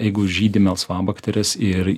jeigu žydi melsvabakterės ir